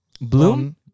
Bloom